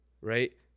right